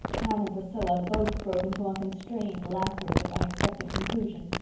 anne and priscilla both broke into unconstrained laughter at this unexpected conclusion.